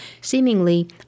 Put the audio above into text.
seemingly